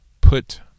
put